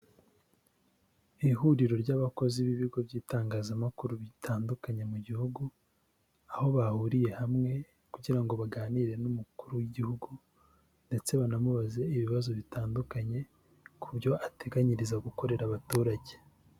Ihuriro ry'abakozi b'ibigo by'itangazamakuru bitandukanye mu gihugu, aho bahuriye hamwe kugira ngo baganire n'umukuru w'igihugu ndetse banamubaze ibibazo bitandukanye ku byo ateganyiriza gukorera abaturage.